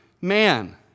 man